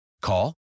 Call